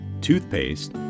toothpaste